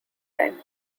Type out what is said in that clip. time